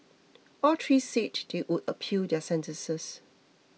all three said they would appeal their sentences